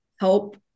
help